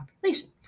population